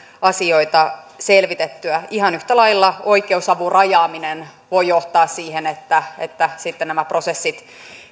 asioita selvitettyä ihan yhtä lailla oikeusavun rajaaminen voi johtaa siihen että että nämä prosessit